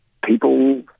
People